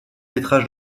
métrage